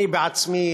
אני בעצמי,